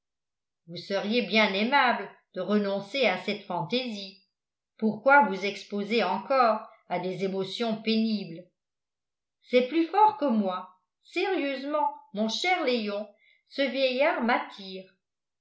vous seriez bien aimable de renoncer à cette fantaisie pourquoi vous exposer encore à des émotions pénibles c'est plus fort que moi sérieusement mon cher léon ce vieillard m'attire